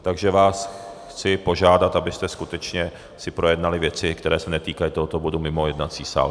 Takže vás chci požádat, abyste si skutečně projednali věci, které se netýkají tohoto bodu, mimo jednací sál.